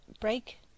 Break